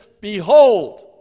Behold